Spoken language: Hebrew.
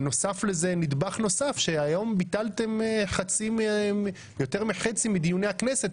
נדבך נוסף היום ביטלתם יותר מחצי מדיוני הכנסת.